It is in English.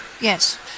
Yes